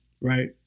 Right